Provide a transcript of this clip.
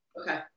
Okay